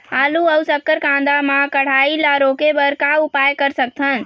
आलू अऊ शक्कर कांदा मा कढ़ाई ला रोके बर का उपाय कर सकथन?